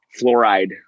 fluoride